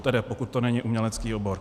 Tedy pokud to není umělecký obor.